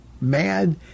mad